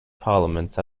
parliament